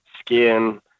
skin